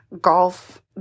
golf